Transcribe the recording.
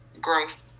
growth